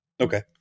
Okay